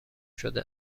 شده